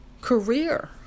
career